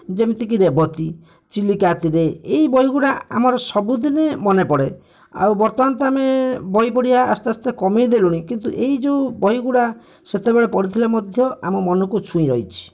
ଯେମିତିକି ରେବତୀ ଚିଲିକା ଆତିରେ ଏଇ ବହିଗୁଡ଼ା ଆମର ସବୁଦିନେ ମନେପଡ଼େ ଆଉ ବର୍ତ୍ତମାନ ତ ଆମେ ବହି ପଢ଼ିବା ଏବେ ଆସ୍ତେ ଆସ୍ତେ କମେଇ ଦେଲୁଣି କିନ୍ତୁ ଏହି ଯେଉଁ ବହିଗୁଡ଼ା ସେତେବେଳେ ପଢ଼ୁଥିଲେ ମଧ୍ୟ ଆମ ମନକୁ ଛୁଇଁ ରହିଛି